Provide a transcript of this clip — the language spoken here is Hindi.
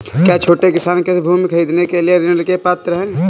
क्या छोटे किसान कृषि भूमि खरीदने के लिए ऋण के पात्र हैं?